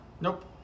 Nope